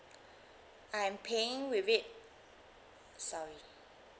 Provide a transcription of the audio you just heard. I'm paying with it sorry